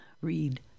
read